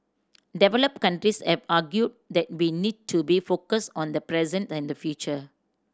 developed countries have argued that we need to be focused on the present and the future